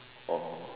oh